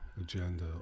agenda